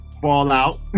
Fallout